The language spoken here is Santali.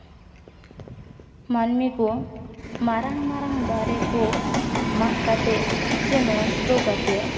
ᱢᱟᱹᱱᱢᱤ ᱠᱚ ᱢᱟᱨᱟᱝ ᱢᱟᱨᱟᱝ ᱫᱟᱨᱮ ᱠᱚ ᱢᱟᱜ ᱠᱟᱛᱮᱫ ᱥᱮ ᱱᱚᱥᱴᱚ ᱠᱟᱛᱮᱫ